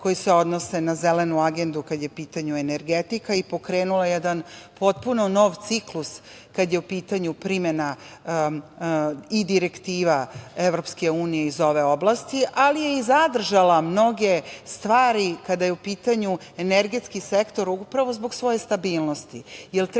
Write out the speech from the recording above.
koji se odnose na Zelenu agendu kada je u pitanju energetika i pokrenula jedan potpuno nov ciklus kada je u pitanju primena i direktiva EU iz ove oblasti, ali je i zadržala mnoge stvari kada je u pitanju energetski sektor, upravo zbog svoje stabilnosti. Treba